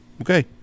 Okay